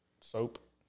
soap